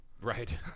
Right